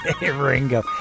Ringo